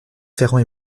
ferrand